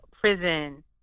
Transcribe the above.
prison